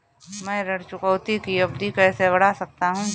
मैं ऋण चुकौती की अवधि कैसे बढ़ा सकता हूं?